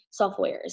softwares